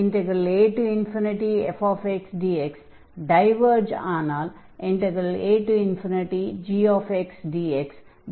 afxdx diverge ஆனால் agxdx diverge ஆகும்